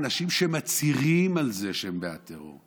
אנשים שמצהירים על זה שהם בעד טרור,